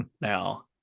Now